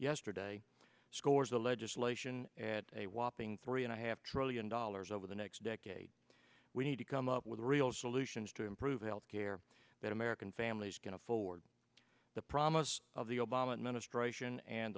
yesterday scores the legislation at a whopping three and a half trillion dollars over the next decade we need to come up with real solutions to improve health care that american families can afford the promise of the